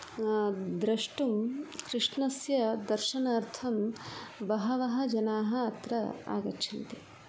द्रष्टुं कृष्णस्य दर्शनार्थं बहवः जनाः अत्र आगच्छन्ति